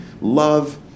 love